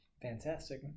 Fantastic